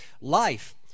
Life